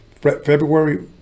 February